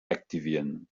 aktivieren